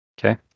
Okay